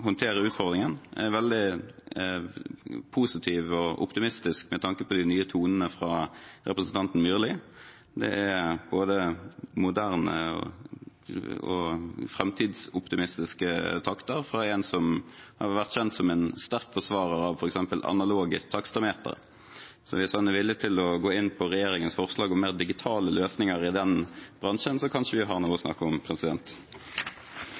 håndtere utfordringen. Jeg er veldig positiv og optimistisk med tanke på de nye tonene fra representanten Myrli. Det er både moderne og framtidsoptimistiske takter fra en som har vært kjent som en sterk forsvarer av f.eks. analoge taksameter. Så hvis han er villig til å gå inn på regjeringens forslag om mer digitale løsninger i den bransjen, har vi kanskje noe å snakke om.